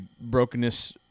brokenness